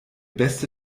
beste